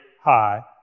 high